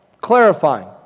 clarifying